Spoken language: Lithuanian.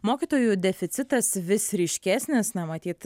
mokytojų deficitas vis ryškesnis na matyt